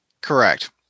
correct